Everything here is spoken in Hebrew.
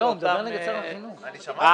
יש לכם יותר עורכי דין ממנדטים.